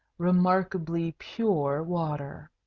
remarkably pure water,